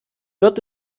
wird